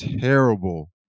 terrible